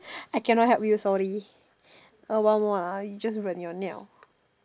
I cannot help you sorry a while more lah you just 忍 your 尿